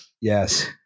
Yes